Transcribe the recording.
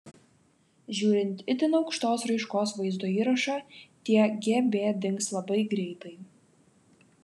žiūrint itin aukštos raiškos vaizdo įrašą tie gb dings labai greitai